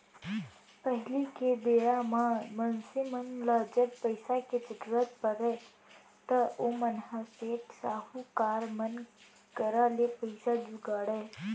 पहिली के बेरा म मनसे मन ल जब पइसा के जरुरत परय त ओमन ह सेठ, साहूकार करा ले पइसा जुगाड़य